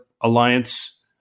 Alliance